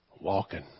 walking